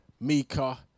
Mika